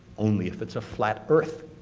only if it's a flat earth.